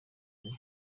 nti